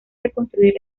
reconstruir